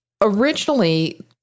originally